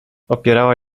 opierała